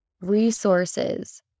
resources